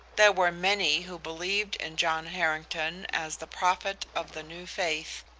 there were many who believed in john harrington as the prophet of the new faith,